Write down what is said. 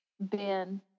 Ben